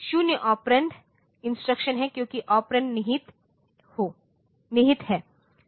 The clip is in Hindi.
तो यह 0 ऑपरेंड इंस्ट्रक्शन है क्योंकि ऑपरेंड निहित है